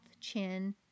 chin